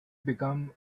become